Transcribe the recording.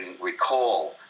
recall